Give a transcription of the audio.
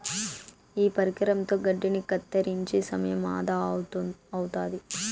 ఈ పరికరంతో గడ్డిని కత్తిరించే సమయం ఆదా అవుతాది